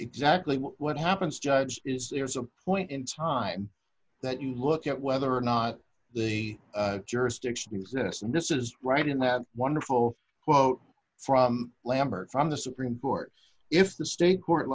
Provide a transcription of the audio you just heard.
exactly what happens judge is there is a point in time that you look at whether or not the jurisdiction exists and this is right in that wonderful quote from lambert from the supreme court if the state court